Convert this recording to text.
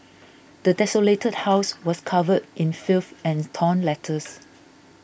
the desolated house was covered in filth and torn letters